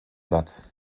satz